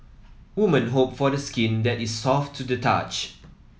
women hope for the skin that is soft to the touch